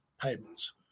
payments